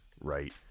right